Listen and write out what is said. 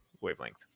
wavelength